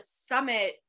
summit